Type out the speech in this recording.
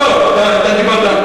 לא, אתה דיברת.